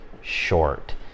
short